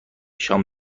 شام